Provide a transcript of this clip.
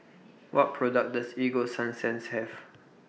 What products Does Ego Sunsense Have